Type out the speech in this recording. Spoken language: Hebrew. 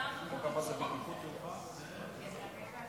ותעבור לדיון בוועדת הכלכלה להכנתה לקריאה השנייה והשלישית.